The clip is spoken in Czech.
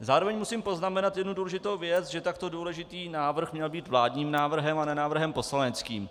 Zároveň musím poznamenat jednu důležitou věc, že takto důležitý návrh měl být vládním návrhem, a ne návrhem poslaneckým.